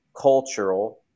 cultural –